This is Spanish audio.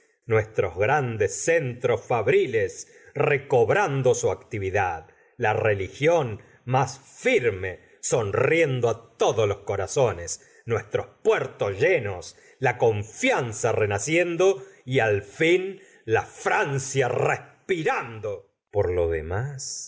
nuestros grandes centros fabriles recobrando su actividad la religión más firme sonriendo todos los corazones nuestros puertos llenos la confianza renaciendo y al fin la francia respirando por lo demás